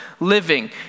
Living